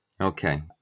okay